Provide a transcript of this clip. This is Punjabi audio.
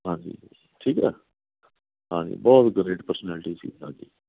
ਹਾਂਜੀ ਠੀਕ ਹੈ ਹਾਂਜੀ ਬਹੁਤ ਗਰੇਟ ਪਰਸਨੈਲਟੀ ਸੀ ਉਹਨਾਂ ਦੀ